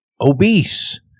obese